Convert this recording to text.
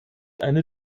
eine